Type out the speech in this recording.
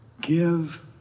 give